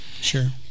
sure